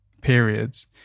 periods